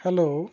hello